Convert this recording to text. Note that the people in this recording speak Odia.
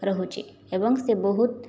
ରହୁଛି ଏବଂ ସେ ବହୁତ